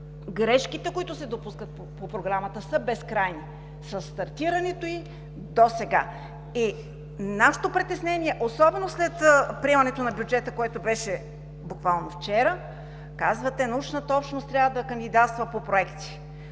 грешките, които се допускат по Програмата от стартирането й досега, са безкрайни. Нашето притеснение, особено след приемането на бюджета, който беше буквално вчера, казвате: научната общност трябва да кандидатства по проекти.